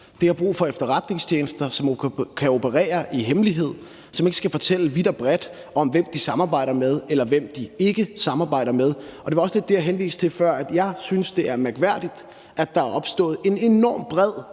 Det har brug for efterretningstjenester, som kan operere i hemmelighed, og som ikke skal fortælle vidt og bredt om, hvem de samarbejder med, eller hvem de ikke samarbejder med. Det var også lidt det, jeg henviste til før: Jeg synes, det er mærkværdigt, at der er opstået en enormt bred